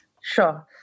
Sure